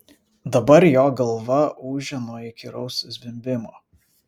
dabar jo galva ūžė nuo įkyraus zvimbimo